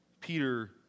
Peter